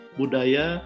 budaya